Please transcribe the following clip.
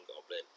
goblin